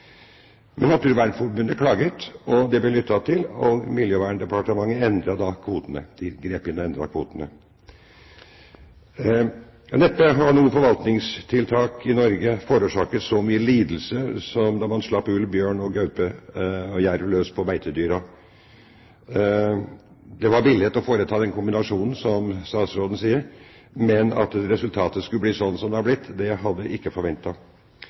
Men Naturvernforbundet klaget, og det ble lyttet til. Miljøverndepartementet grep da inn og endret kvotene. Neppe har noe forvaltningstiltak i Norge forårsaket så mye lidelse som da man slapp ulv, bjørn, gaupe og jerv løs på beitedyra. Det var vilje til å foreta den kombinasjonen, som statsråden sier, men at resultatet skulle bli slik som det har blitt, hadde jeg ikke